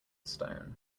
stone